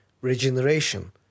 regeneration